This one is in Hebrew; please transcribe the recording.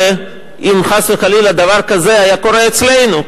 אם חס וחלילה דבר כזה היה קורה אצלנו,